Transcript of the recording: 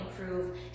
improve